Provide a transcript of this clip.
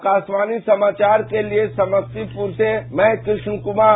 आकाशवाणी समाधार के लिए समस्तीपुर से कृष्ण कुमार